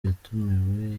yatumiwe